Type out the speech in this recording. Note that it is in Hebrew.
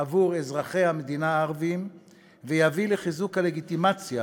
עבור אזרחי המדינה הערבים ויביא לחיזוק הלגיטימציה